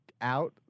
out